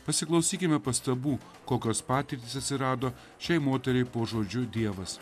pasiklausykime pastabų kokios patirtys atsirado šiai moteriai po žodžiu dievas